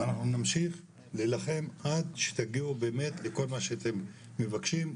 אנחנו נמשיך להילחם עד שתגיעו לכל מה שאתם מבקשים,